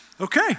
okay